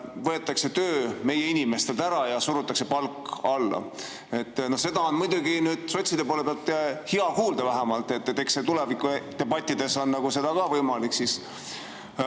võetakse töö meie inimestelt ära ja surutakse palk alla. Seda on muidugi sotsidelt hea kuulda, eks tulevikudebattides on seda ka võimalik